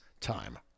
time